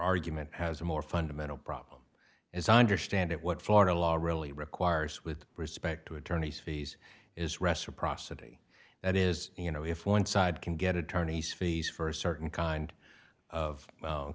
argument has a more fundamental problem as i understand it what florida law really requires with respect to attorneys fees is reciprocity that is you know if one side can get attorneys fees for a certain kind of